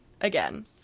again